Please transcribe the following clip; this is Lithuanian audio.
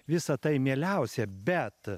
visa tai mieliausia bet